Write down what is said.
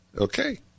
Okay